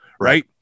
right